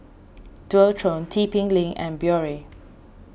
Dualtron T P Link and Biore